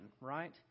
right